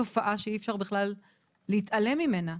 תופעה שאי אפשר בכלל להתעלם ממנה.